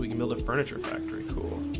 but you know a furniture factory cool